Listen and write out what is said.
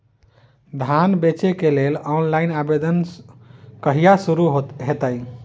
धान बेचै केँ लेल ऑनलाइन आवेदन कहिया शुरू हेतइ?